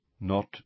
Not